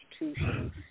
institutions